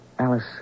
Alice